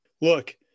look